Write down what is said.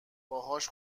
باهاش